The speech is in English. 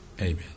Amen